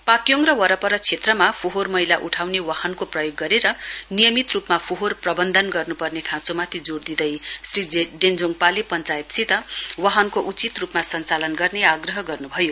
पाक्योङ र वरपर क्षेत्रमा फोहोर मैला उठाउने वाहनको प्रयोग गरेर नियमित रुपमा फोहोर गर्नुपर्ने खाँचोमाथि जोड़ दिँदै श्री डेञ्जोङपाले पञ्चायतसित वाहनको उचित रुपमा सञ्चालन गर्ने आग्रह गर्नुभयो